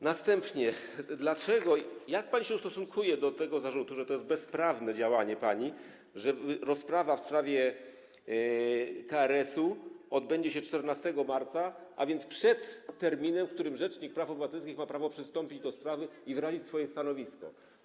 Następnie jak pani się ustosunkuje do tego zarzutu, że to jest pani bezprawne działanie, że rozprawa w sprawie KRS-u odbędzie się 14 marca, a więc przed terminem, w którym rzecznik praw obywatelskich ma prawo przystąpić do sprawy i wyrazić swoje stanowisko?